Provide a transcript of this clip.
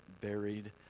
buried